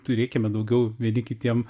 turėkime daugiau vieni kitiem